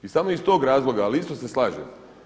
I samo iz tog razloga, ali isto se slažem.